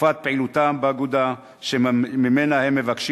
תקופת פעילותם באגודה שממנה הם מבקשים